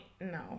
no